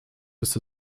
ist